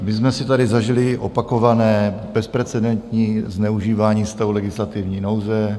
My jsme si tady zažili opakované bezprecedentní zneužívání stavu legislativní nouze.